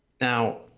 Now